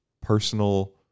personal